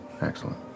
Excellent